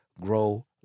grow